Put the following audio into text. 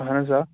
اَہن حظ آ